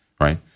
right